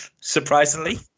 Surprisingly